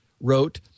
wrote